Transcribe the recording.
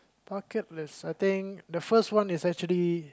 bucket list I think the first one is actually